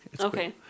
Okay